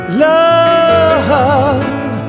love